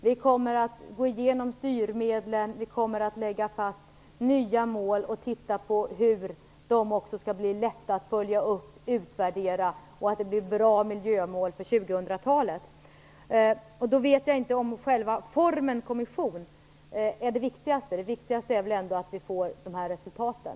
Vi kommer att gå igenom styrmedlen, lägga fast nya mål och titta på hur de skall bli lätta att följa upp och utvärdera och bli bra miljömål för 2000-talet. Jag vet då inte om själva formen kommission är det viktigaste. Det viktigaste är väl att vi får de här resultaten.